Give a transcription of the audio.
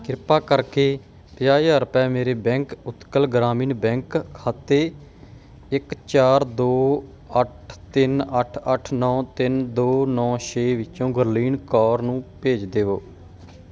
ਕਿਰਪਾ ਕਰਕੇ ਪੰਜਾਹ ਹਜ਼ਾਰ ਰੁਪਏ ਮੇਰੇ ਬੈਂਕ ਉਤਕਲ ਗ੍ਰਾਮੀਣ ਬੈਂਕ ਖਾਤੇ ਇੱਕ ਚਾਰ ਦੋ ਅੱਠ ਤਿੰਨ ਅੱਠ ਅੱਠ ਨੌ ਤਿੰਨ ਦੋ ਨੌ ਛੇ ਵਿੱਚੋਂ ਗੁਰਲੀਨ ਕੌਰ ਨੂੰ ਭੇਜ ਦੇਵੋ